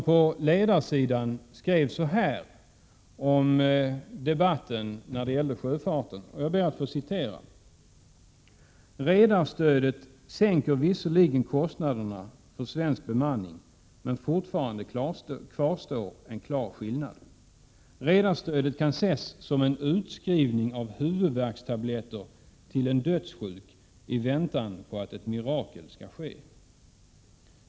På ledarsidan i tidningen skrevs så här om debatten kring sjöfarten: ”Redarstödet sänker visserligen kostnaderna för svensk bemanning, men fortfarande kvarstår en klar skillnad. ——=- Redarstödet kan ses som en utskrivning av huvudvärkstabletter till en dödssjuk i väntan på att ett mirakel ska ske.